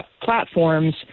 platforms